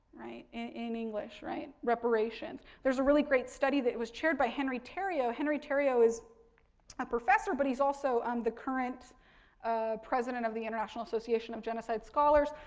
right, in english, right, reparations. there's a really great study that was chaired by henry theriault. henry theriault is a professor, but he's also um the current president of the international association of genocide scholars,